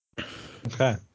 Okay